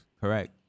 correct